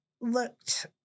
looked